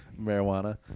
Marijuana